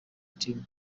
team